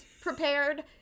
prepared